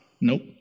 Nope